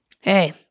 Hey